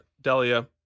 Delia